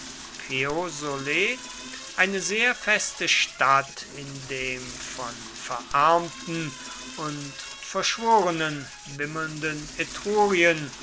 eine sehr feste stadt in dem von verarmten und verschworenen wimmelnden